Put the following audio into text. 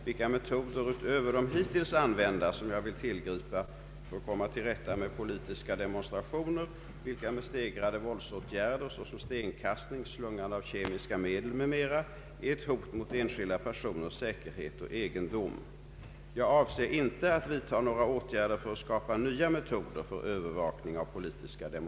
”Vilka metoder utöver de hittills begagnade vill justitieministern tillgripa för att komma till rätta med politiska demonstrationer, vilka med steg rade våldsåtgärder såsom stenkastning, slungande av kemiska medel o. dyl. är ett hot mot enskilda personers säkerhet och egendom?”